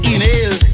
Inhale